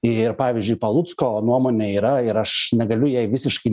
ir pavyzdžiui palucko nuomonė yra ir aš negaliu jai visiškai